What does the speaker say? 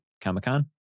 Comic-Con